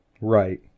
Right